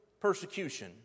persecution